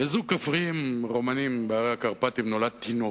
לזוג כפריים רומנים נולד תינוק.